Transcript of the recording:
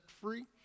free